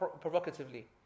Provocatively